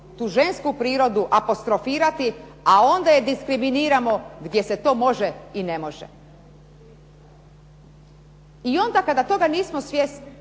tu žensku prirodu apostrofirati, a onda je diskriminiramo gdje se to može i ne može. I onda kada toga nismo svjesni,